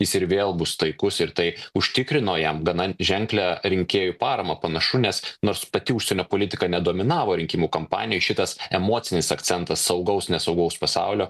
jis ir vėl bus taikus ir tai užtikrino jam gana ženklią rinkėjų paramą panašu nes nors pati užsienio politika nedominavo rinkimų kampanijoj šitas emocinis akcentas saugaus nesaugaus pasaulio